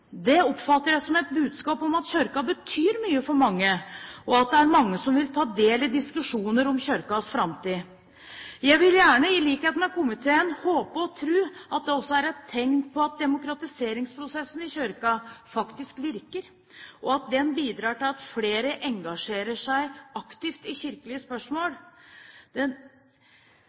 Det oppfatter jeg som et budskap om at Kirken betyr mye for mange, og at det er mange som vil ta del i diskusjonen om Kirkens framtid. Jeg vil gjerne – i likhet med komiteen – håpe og tro at det også er et tegn på at demokratiseringsprosessen i Kirken faktisk virker, og at den bidrar til at flere engasjerer seg aktivt i kirkelige spørsmål. Den